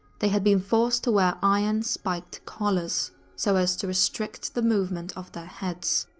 they had been forced to wear iron, spiked collars so as to restrict the movement of their heads.